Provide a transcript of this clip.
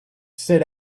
sit